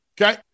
Okay